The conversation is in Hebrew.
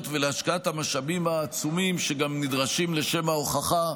ולהשקעת המשאבים העצומים שגם נדרשים לשם ההוכחה,